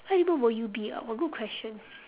what animal would you be ah !wah! good question